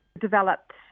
developed